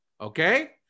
Okay